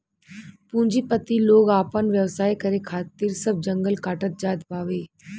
पूंजीपति लोग आपन व्यवसाय करे खातिर सब जंगल काटत जात बावे